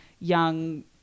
young